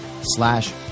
slash